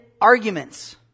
arguments